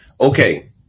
Okay